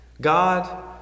God